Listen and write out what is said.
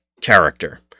character